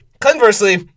Conversely